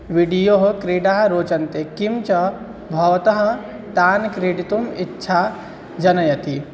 विडियोः क्रीडाः रोचन्ते किञ्च भवतः तान् क्रीडितुम् इच्छा जनयति